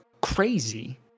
crazy